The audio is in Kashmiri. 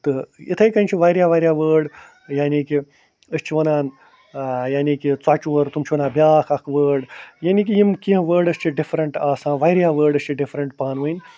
تہٕ یِتھَے کٔنۍ چھِ وارِیاہ وارِیاہ وٲڈ یعنی کہِ أسۍ چھِ وَنان یعنی کہِ ژۄچہِ وور تِم چھِ وَنان بیٛاکھ اکھ وٲڈ یعنی کہِ یِم کیٚنٛہہ وٲڈٕس چھِ ڈِفرنٛٹ آسان وارِیاہ وٲڈٕس چھِ ڈِفرنٛٹ پانؤنۍ